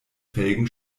felgen